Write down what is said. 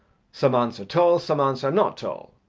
some aunts are tall, some aunts are not tall.